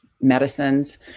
medicines